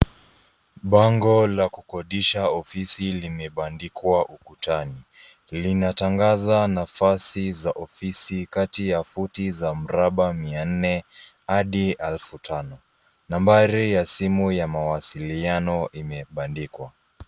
Bango la kukodisha ofisi limebandikwa ukutani. Linatangaza nafasi za ofisi kati ya futi za mraba 400 hadi 5000. Nambari ya simu ya mawasiliano imebandikwa.